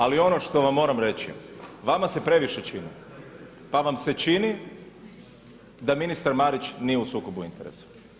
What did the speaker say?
Ali ono što vam moram reći, vama se previše čini, pa vam se čini da ministar Marić nije u sukobu interesa.